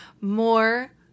more